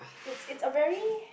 it's it's a very